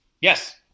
Yes